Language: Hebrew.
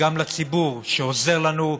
גם לציבור שעוזר לנו,